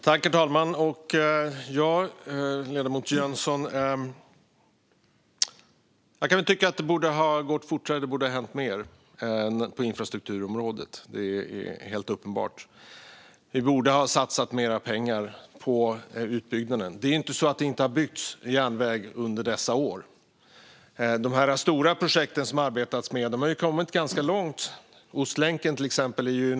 Herr talman! Ja, ledamoten Jönsson, att det borde ha gått fortare och hänt mer på infrastrukturområdet är helt uppenbart. Vi borde ha satsat mer pengar på utbyggnaden. Men det är inte så att det inte har byggts järnväg under dessa år. De stora projekt som det har arbetats med har kommit ganska långt. Det gäller till exempel Ostlänken.